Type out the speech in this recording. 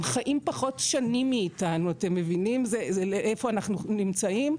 הם חיים פחות שנים מאיתנו אתם מבינים איפה אנחנו נמצאים?